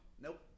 Nope